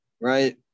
right